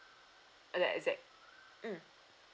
uh the exact mm